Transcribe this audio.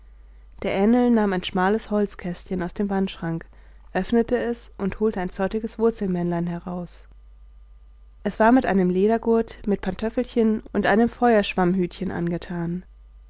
der ähnl nahm ein schmales holzkästchen aus dem wandschrank öffnete es und holte ein zottiges wurzelmännlein heraus es war mit einem ledergurt mit pantöffelchen und einem feuerschwammhütchen angetan